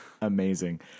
Amazing